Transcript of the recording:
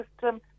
system